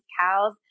cows